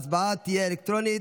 ההצבעה תהיה אלקטרונית.